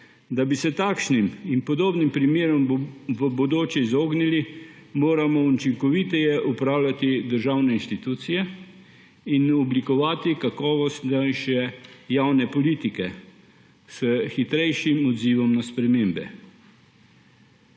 Da bi se takšnim in podobnim primerom v bodoče izognili, moramo učinkoviteje upravljati državne institucije in oblikovati kakovostnejše javne politike s hitrejšim odzivom na spremembe.